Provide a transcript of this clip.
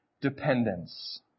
dependence